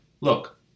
Look